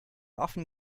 often